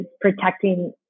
protecting